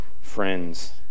friends